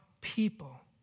people